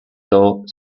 though